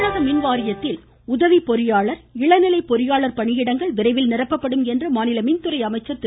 தங்கமணி மின்வாரியத்தில் உகவி பொறியாளர் இளநிலை பொறியாளர் கமிழக பணியிடங்கள் விரைவில் நிரப்பப்படும் என்று மாநில மின்துறை அமைச்சா் திரு